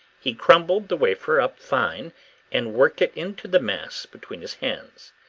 he crumbled the wafer up fine and worked it into the mass between his hands.